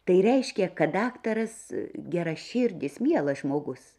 tai reiškia kad daktaras geraširdis mielas žmogus